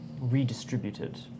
redistributed